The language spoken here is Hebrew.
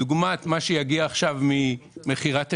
לדוגמה, את מה שיגיע עכשיו ממכירת אשכול,